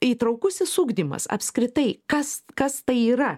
įtraukusis ugdymas apskritai kas kas tai yra